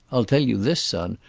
i'll tell you this, son,